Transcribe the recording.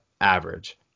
average